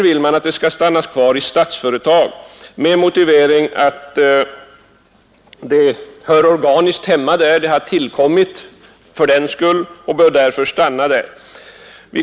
Bolaget skall stanna kvar i Statsföretag AB därför att det, enligt motionen, organiskt hör hemma där. Det har tillkommit fördenskull och bör därför stanna där.